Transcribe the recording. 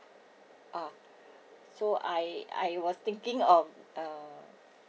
ah so I I was thinking of uh